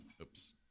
Oops